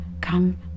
come